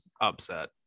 upset